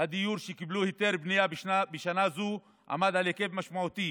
הדיור שקיבלו היתר בנייה בשנה זו עמד על היקף משמעותי